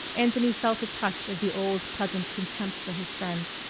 anthony felt a touch of the old pleasant contempt for his friend.